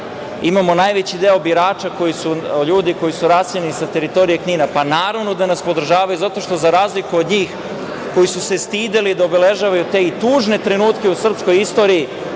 imamo najveći deo birača ljude koji su raseljeni sa teritorije Knine. Pa naravno da nas podržavaju, zato što za razliku od njih koji su se stideli da obeležavaju te tužne trenutke u srpskoj istoriji,